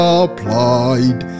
applied